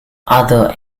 other